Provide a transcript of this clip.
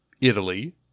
Italy